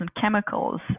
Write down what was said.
chemicals